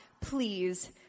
please